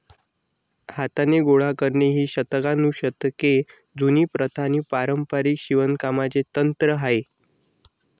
हाताने गोळा करणे ही शतकानुशतके जुनी प्रथा आणि पारंपारिक शिवणकामाचे तंत्र आहे